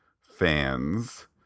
fans